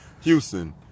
houston